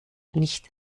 nicht